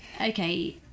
okay